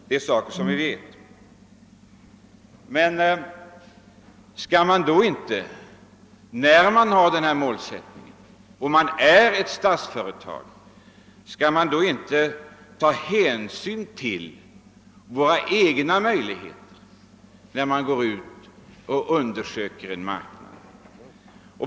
Men skall då ett statligt företag som har denna målsättning inte ta hänsyn till våra egna möjligheter när det undersöker en marknad?